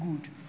good